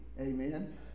amen